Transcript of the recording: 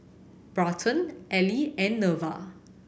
Barton Ely and Neva